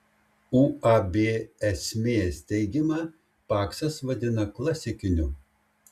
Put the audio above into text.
uab esmė steigimą paksas vadina klasikiniu